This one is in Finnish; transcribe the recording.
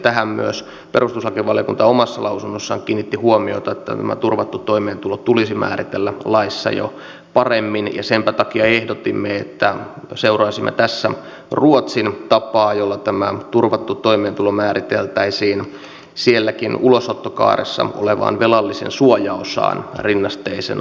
tähän myös perustuslakivaliokunta omassa lausunnossaan kiinnitti huomiota että tämä turvattu toimeentulo tulisi määritellä jo laissa paremmin ja senpä takia ehdotimme että seuraisimme tässä ruotsin tapaa jolla tämä turvattu toimeentulo määriteltäisiin ulosottokaaressa olevan velallisen suojaosaan rinnasteisena